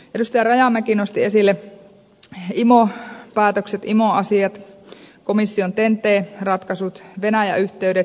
edustaja rajamäki nosti esille imo päätökset imo asiat komission ten t ratkaisut venäjä yhteydet